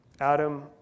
Adam